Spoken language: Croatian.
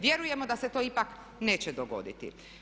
Vjerujemo da se to ipak neće dogoditi.